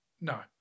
No